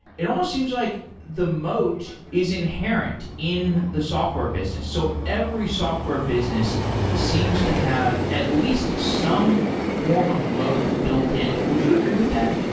it almost seems like the moat is inherent in the software business. so every software business seems to have at least some form of moat built-in. would you agree with that?